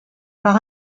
par